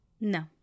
No